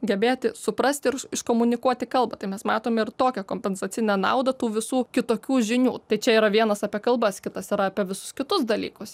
gebėti suprasti irš iškomunikuoti kalbą tai mes matome ir tokią kompensacinę naudą tų visų kitokių žinių tai čia yra vienas apie kalbas kitas yra apie visus kitus dalykus